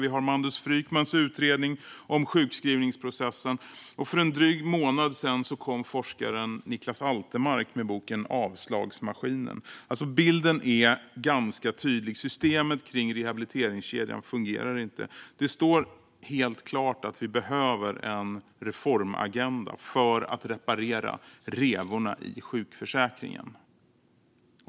Vi har Mandus Frykmans utredning om sjukskrivningsprocessen. Och för en dryg månad sedan kom forskaren Niklas Altermark med boken Avslagsmaskinen . Bilden är ganska tydlig: Systemet kring rehabiliteringskedjan fungerar inte. Det står helt klart att vi behöver en reformagenda för att reparera revorna i sjukförsäkringen.